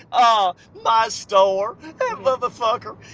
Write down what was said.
oh, my store. that motherfucker.